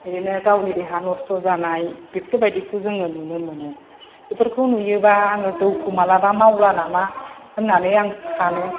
एरैनो गावनि देहा नस्थ' जानाय बेफोर बादिखौ जोङो नुनो मोनो बेफोरखौ नुयोबा आङो जौखौ मालाबा मावला नामा होनानै आं सानो